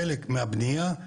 חלק מהבנייה,